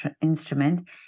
instrument